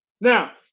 Now